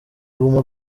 guma